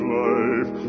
life